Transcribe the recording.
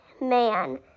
man